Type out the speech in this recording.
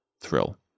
thrill